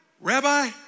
rabbi